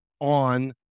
on